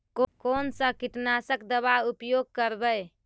कोन सा कीटनाशक दवा उपयोग करबय?